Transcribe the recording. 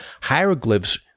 hieroglyphs